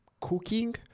cooking